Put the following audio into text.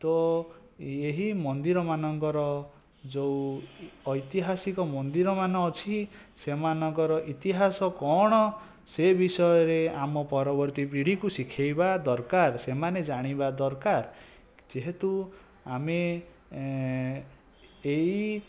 ତ ଏହି ମନ୍ଦିର ମାନଙ୍କର ଯେଉଁ ଐତିହାୟକ ମନ୍ଦିରମାନ ଅଛି ସେମାନଙ୍କର ଇତିହାସ କଣ ସେ ବିଷୟରେ ଆମ ପରବର୍ତ୍ତୀ ପିଢ଼ୀକୁ ଶିଖାଇବା ଦରକାର ସେମାନେ ଜାଣିବା ଦରକାର ଯେହେତୁ ଆମେ ଏହି